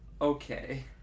Okay